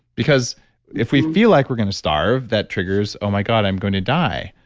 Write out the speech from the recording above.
because if we feel like we're going to starve that triggers, oh my god, i'm going to die.